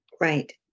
Right